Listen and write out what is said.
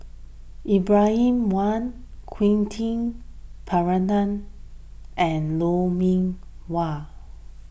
Ibrahim Awang Quentin Pereira and Lou Mee Wah